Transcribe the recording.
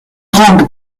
grande